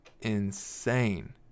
insane